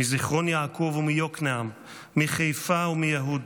מזיכרון יעקב ומיוקנעם, מחיפה ומיהוד,